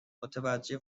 متوجه